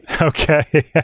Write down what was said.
Okay